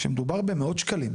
כמדובר במאות שקלים,